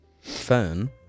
fern